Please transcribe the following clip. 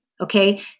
Okay